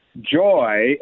joy